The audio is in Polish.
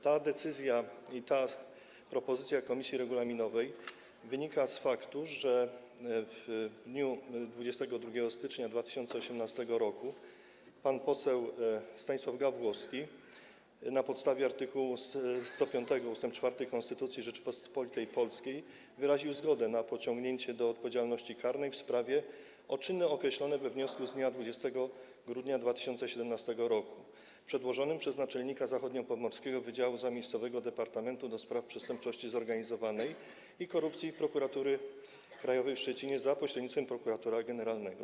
Ta decyzja, ta propozycja komisji regulaminowej wynika z faktu, że w dniu 22 stycznia 2018 r. pan poseł Stanisław Gawłowski na podstawie art. 105 ust. 4 Konstytucji Rzeczypospolitej Polskiej wyraził zgodę na pociągnięcie do odpowiedzialności karnej w sprawie o czyny określone we wniosku z dnia 20 grudnia 2017 r. przedłożonym przez naczelnika Zachodniopomorskiego Wydziału Zamiejscowego Departamentu do Spraw Przestępczości Zorganizowanej i Korupcji Prokuratury Krajowej w Szczecinie za pośrednictwem prokuratora generalnego.